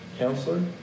counselor